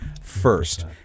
first